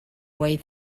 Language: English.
way